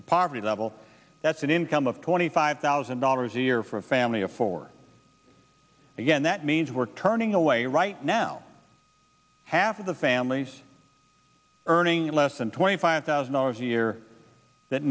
the poverty level that's an income of twenty five thousand dollars a year for a family of four again that means we're turning away right now half of the families earning less than twenty five thousand dollars a year that